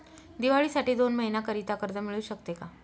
दिवाळीसाठी दोन महिन्याकरिता कर्ज मिळू शकते का?